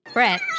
Brett